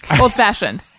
old-fashioned